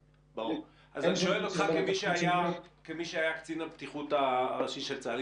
אני שואל אותך כמי שהיה קצין הבטיחות הראשי של צבא הגנה לישראל.